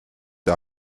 der